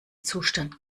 zustand